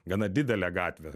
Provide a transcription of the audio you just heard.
gana didelė gatvė